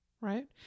right